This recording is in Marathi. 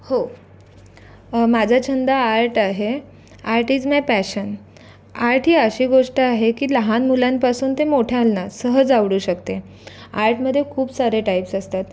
हो माझा छंद आर्ट आहे art is my passion art ही अशी गोष्ट आहे की लहान मुलांपासून ते मोठ्यांना सहज आवडू शकते आर्टमध्ये खूप सारे टाईप्स असतात